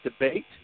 debate